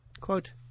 Quote